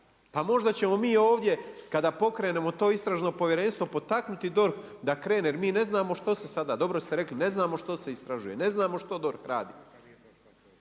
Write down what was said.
Pa možda ćemo mi ovdje kada pokrenemo to istražno povjerenstvo, potaknuti DORH da krene, jer mi ne znamo što se sada, dobro ste rekli, ne znamo što se istražuje, ne znamo što DORH radi.